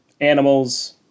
animals